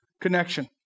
connection